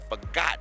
forgotten